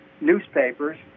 newspapers